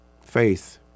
faith